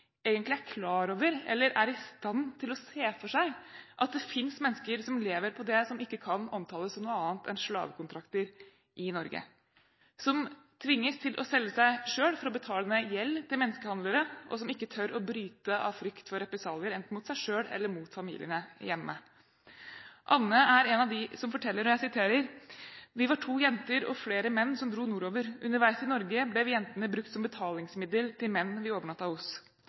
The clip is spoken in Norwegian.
egentlig er klar over eller er i stand til å se for seg at det finnes mennesker som lever på det som ikke kan omtales som noe annet enn slavekontrakter i Norge, og som tvinges til å selge seg selv for å betale ned gjeld til menneskehandlere, og som ikke tør å bryte ut av frykt for represalier, enten mot seg selv eller mot familiene hjemme. Anne er en av dem som forteller: «Vi var to jenter og flere menn som dro nordover. Underveis til Norge ble vi jentene brukt som betalingsmiddel til menn vi overnatta hos. Her i landet møtte vi igjen noen av